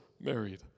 married